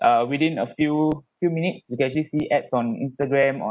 uh within a few few minutes you can actually see ads on Instagram on